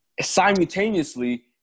simultaneously